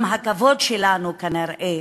גם הכבוד שלנו כנראה